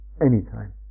anytime